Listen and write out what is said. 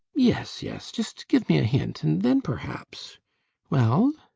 yes, yes, just give me a hint, and then perhaps well?